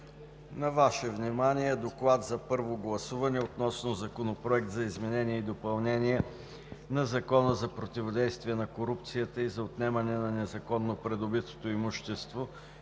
На Вашето внимание: „ДОКЛАД за първо гласуване относно Законопроект за изменение и допълнение на Закона за противодействие на корупцията и за отнемане на незаконно придобитото имущество,